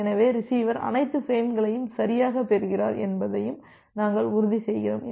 எனவே ரிசீவர் அனைத்து பிரேம்களையும் சரியாகப் பெறுகிறார் என்பதையும் நாங்கள் உறுதி செய்கிறோம்